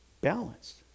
Balanced